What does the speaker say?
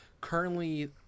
currently